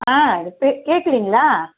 ஆ கேட்குறீங்களா